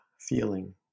feeling